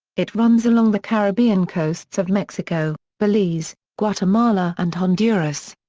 it runs along the caribbean coasts of mexico, belize, guatemala and honduras.